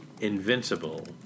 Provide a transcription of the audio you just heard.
Invincible